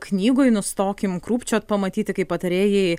knygoj nustokim krūpčiot pamatyti kaip patarėjai